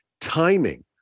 Timing